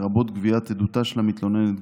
לרבות גביית עדותה של המתלוננת,